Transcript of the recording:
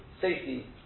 safety